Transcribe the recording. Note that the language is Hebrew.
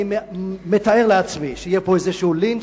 אני מתאר לעצמי שיהיה פה איזשהו לינץ'.